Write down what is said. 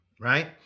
right